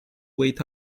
wait